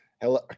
Hello